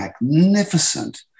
magnificent